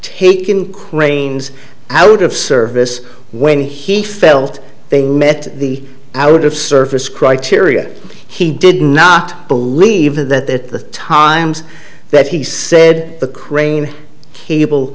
taken cranes out of service when he felt they met the out of service criteria he did not believe that the times that he said the crane cable